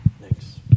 Thanks